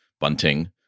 bunting